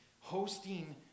hosting